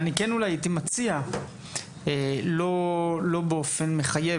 אני כן אולי הייתי מציע לא באופן מחייב,